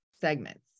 segments